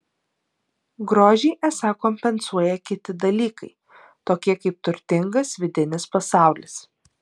grožį esą kompensuoja kiti dalykai tokie kaip turtingas vidinis pasaulis